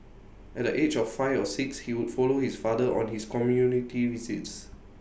at the age of five or six he would follow his father on his community visits